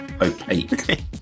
opaque